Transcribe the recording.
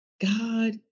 God